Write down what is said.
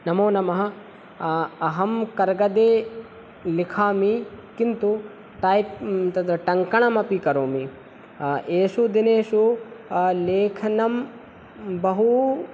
नमो नमः अहं कर्गदे लिखामि किन्तु टैप् तद् टङ्कणम् अपि करोमि एषु दिनेषु लेखनं बहु